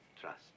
trust